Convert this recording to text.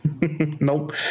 Nope